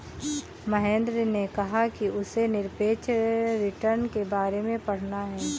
महेंद्र ने कहा कि उसे निरपेक्ष रिटर्न के बारे में पढ़ना है